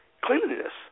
cleanliness